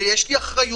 יש לי גם אחריות,